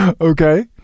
okay